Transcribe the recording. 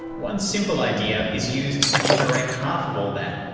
one simple idea is used to generate half of all that,